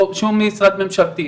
או שום משרד ממשלתי.